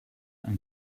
and